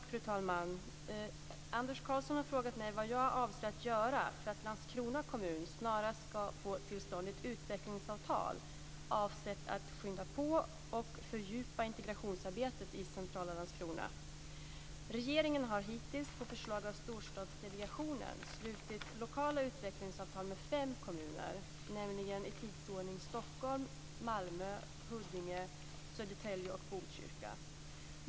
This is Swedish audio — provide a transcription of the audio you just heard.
Fru talman! Anders Karlsson har frågat mig vad jag avser att göra för att Landskrona kommun snarast ska få till stånd ett utvecklingsavtal avsett att skynda på och fördjupa integrationsarbetet i centrala Landskrona. Regeringen har hittills, på förslag av Storstadsdelegationen, slutit lokala utvecklingsavtal med fem kommuner, nämligen, i tidsordning, Stockholm, Malmö, Huddinge, Södertälje och Botkyrka.